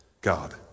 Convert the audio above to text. God